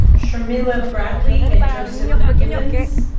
shermilla bradley and joseph gibbons.